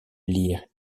lire